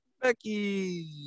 Becky